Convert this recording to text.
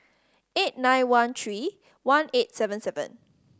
eight nine one three one eight seven seven